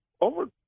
over